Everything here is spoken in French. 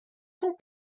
sont